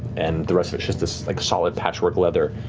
and the rest of it is this like solid patchwork leather.